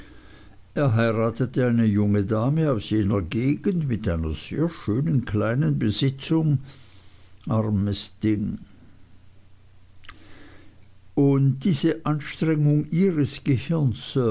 er heiratete eine junge dame aus jener gegend mit einer sehr schönen kleinen besitzung armes ding und diese anstrengung ihres gehirns